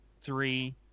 three